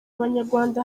abanyarwanda